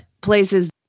places